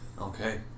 Okay